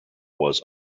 was